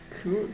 Cool